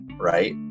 right